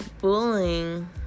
bullying